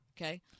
Okay